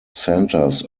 centres